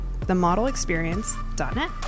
themodelexperience.net